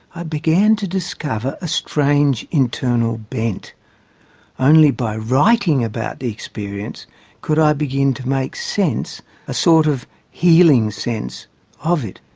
ah began to re-discover a strange, internal bent only by writing about the experience could i begin to make sense a sort of sort-of-healing sense of it.